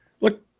Look